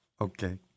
Okay